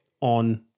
on